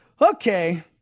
okay